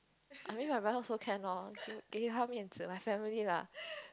maybe my brother also can loh 给他面子: gei ta mian zi my family lah